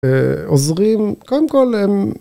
אוזרים, קודם כל